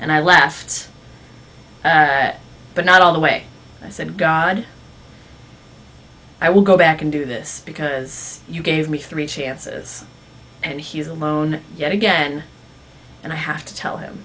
and i left but not all the way i said god i will go back and do this because you gave me three chances and he is alone yet again and i have to tell him